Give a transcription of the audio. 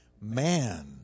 man